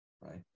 right